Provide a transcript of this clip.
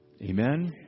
Amen